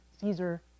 Caesar